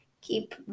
keep